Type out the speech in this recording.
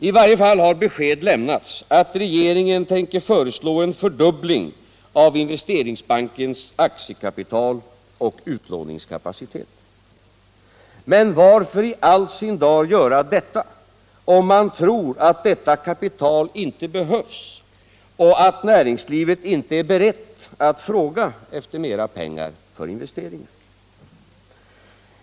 I varje fall har besked lämnats att regeringen tänker föreslå en fördubbling av Investeringsbankens aktiekapital och utlåningskapacitet. Men varför i all sin dar göra det. om man tror att detta kapital inte behövs och att näringslivet inte är berett att fråga efter mera pengar för investeringar?